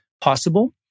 possible